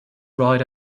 ride